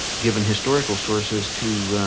given historical sources, to